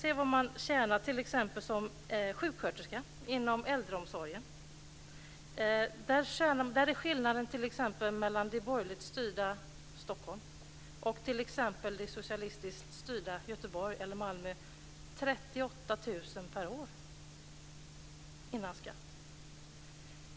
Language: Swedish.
Ser man exempelvis till vad en sjuksköterska inom äldreomsorgen tjänar är skillnaden mellan t.ex. det borgerligt styrda Stockholm och det socialistiskt styrda Göteborg eller Malmö 38 000 kr per år före skatt.